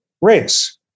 race